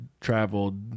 traveled